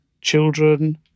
children